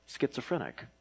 schizophrenic